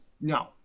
No